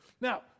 Now